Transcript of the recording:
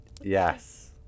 Yes